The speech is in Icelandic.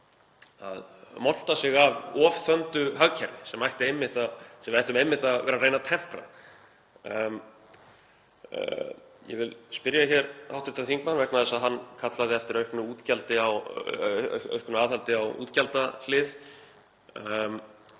að monta sig af ofþöndu hagkerfi sem við ættum einmitt að vera að reyna að tempra. Ég vil spyrja hv. þingmann, vegna þess að hann kallaði eftir auknu aðhaldi á útgjaldahlið: